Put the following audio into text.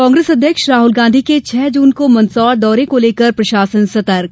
कांग्रेस अध्यक्ष राहुल के छह जून को मंदसौर दौरे को लेकर प्रशासन सतर्क